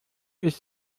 ist